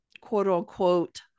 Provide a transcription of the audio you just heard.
quote-unquote